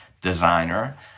designer